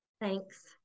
Thanks